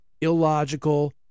illogical